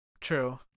True